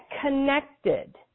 connected